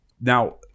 Now